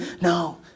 No